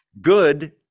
good